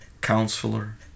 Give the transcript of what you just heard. Counselor